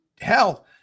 hell